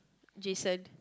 Jason